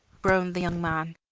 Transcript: groaned the young man,